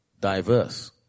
diverse